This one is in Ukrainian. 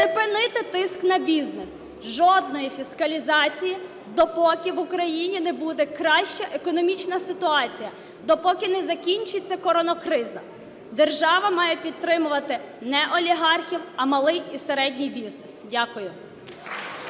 припинити тиск на бізнес, жодної фіскалізації, допоки в Україні не буде краща економічна ситуація, допоки не закінчиться коронакриза. Держава має підтримувати не олігархів, а малий і середній бізнес. Дякую.